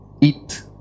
eat